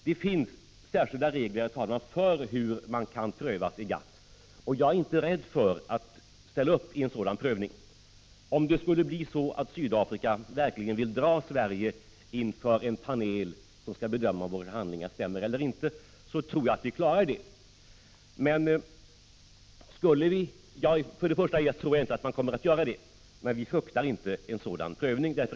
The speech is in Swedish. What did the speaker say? Det finns särskilda regler för hur man kan prövas i GATT. Jag är inte rädd för att ställa upp i en sådan prövning. Om det skulle bli så att Sydafrika verkligen drar Sverige inför en panel som skall bedöma om våra handlingar stämmer eller inte, tror jag att vi skulle klara det. Men jag tror inte att man kommer att göra det. Vi fruktar som sagt inte en sådan prövning.